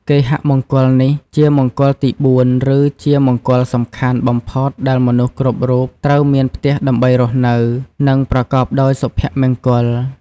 គេហមង្គលនេះ ជាមង្គលទី៤ ឬជាមង្គលសំខាន់បំផុតដែលមនុស្សគ្រប់រូបត្រូវមានផ្ទះដើម្បីរស់នៅ និងប្រកបដោយសុភមង្គល។